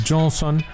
Johnson